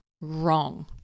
wrong